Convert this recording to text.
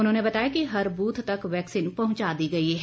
उन्होंने बताया कि हर बूथ तक वैक्सीन पहुंचा दी गई है